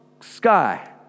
sky